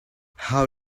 how